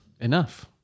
enough